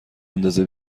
اندازه